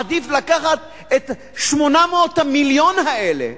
עדיף לקחת את 800 המיליון האלה,